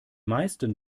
meisten